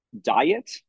diet